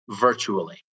virtually